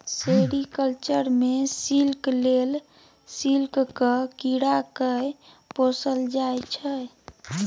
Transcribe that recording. sericulture मे silk लेल सिल्कक कीरा केँ पोसल जाइ छै